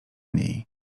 niej